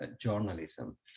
journalism